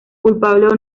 culpable